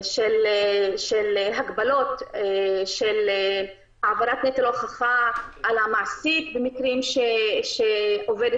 של הגבלות של העברת נטל ההוכחה על המעסיק במקרים שעובדת